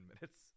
minutes